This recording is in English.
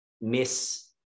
miss